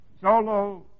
solo